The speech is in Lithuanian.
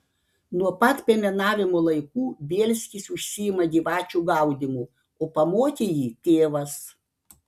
nuo pat piemenavimo laikų bielskis užsiima gyvačių gaudymu o pamokė jį tėvas